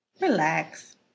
relax